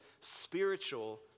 spiritual